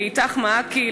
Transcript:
ל"איתך-מעכי",